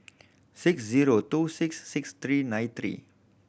six zero two six six three nine three